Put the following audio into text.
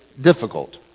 difficult